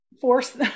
force